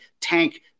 tank